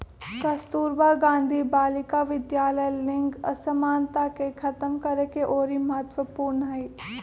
कस्तूरबा गांधी बालिका विद्यालय लिंग असमानता के खतम करेके ओरी महत्वपूर्ण हई